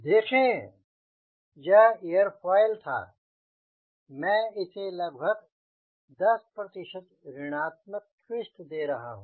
देखें यह एयरोफॉयल था मैं इसे लगभग 10 ऋणात्मक ट्विस्ट दे रहा हूँ